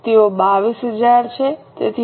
તેઓ 22000 છે